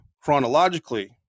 chronologically